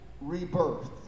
rebirth